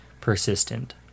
persistent